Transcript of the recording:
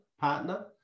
partner